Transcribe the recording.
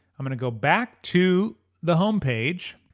i'm gonna go back to the homepage.